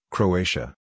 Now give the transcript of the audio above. Croatia